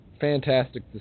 fantastic